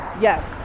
Yes